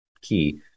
key